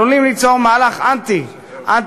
עלולים ליצור מהלך אנטי-חברתי,